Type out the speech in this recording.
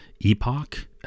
epoch